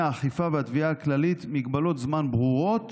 האכיפה והתביעה הכללית מגבלות זמן ברורות